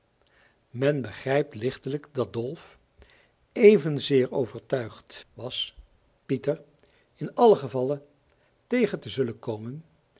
men begrijpt lichtelijk dat dolf evenzeer overtuigd was pieter in allen gevalle tegen te zullen komen